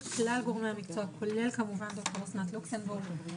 כלל גורמי המקצוע כולל ד"ר אסנת לוקסמבורג.